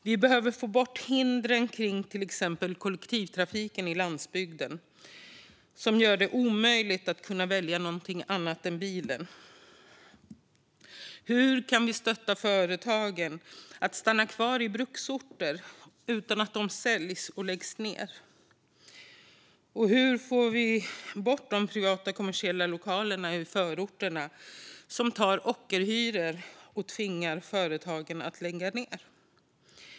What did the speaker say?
Vi behöver få bort hindren när det gäller till exempel kollektivtrafiken på landsbygden, som gör det omöjligt att välja någonting annat än bilen. Hur kan vi stötta företagen att stanna kvar på bruksorter utan att de säljs och läggs ned? Hur får vi bort de privata kommersiella lokaler i förorterna som tar ockerhyror och tvingar företagen att lägga ned?